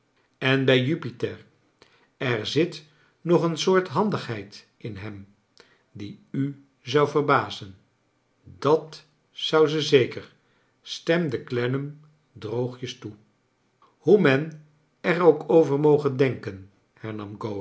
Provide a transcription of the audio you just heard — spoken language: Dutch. en bij jupiter er zit nog een soort handigheid in hem die u zou verbazen dat zou ze zeker stemde clennam droogjes toe hoe men er ook over mage denken